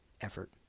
effort